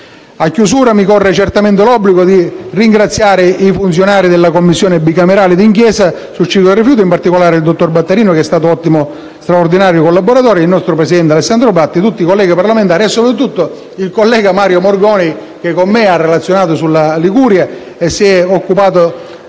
conclusione mi corre certamente l'obbligo di ringraziare i funzionari della Commissione bicamerale d'inchiesta sul ciclo dei rifiuti, in particolare il dottor Battarino, che è stato un ottimo e straordinario collaboratore. Ringrazio altresì il nostro presidente, Alessandro Bratti, tutti i colleghi parlamentari e soprattutto il collega Mario Morgoni, che con me ha relazionato sulla Liguria e si è occupato